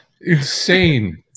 insane